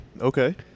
Okay